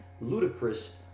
ludicrous